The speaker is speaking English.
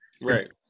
right